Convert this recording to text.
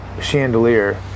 chandelier